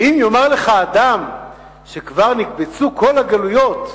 ואם יאמר לך אדם שכבר נקבצו כל הגלויות,